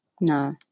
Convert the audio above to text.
No